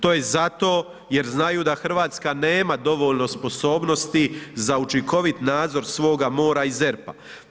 To je zato jer znaju da Hrvatska nema dovoljno sposobnosti za učinkovit nadzor svoga mora i ZERP-a.